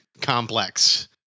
complex